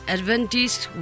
Adventist